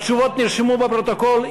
התשובות נרשמו בפרוטוקול.